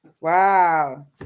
Wow